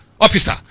Officer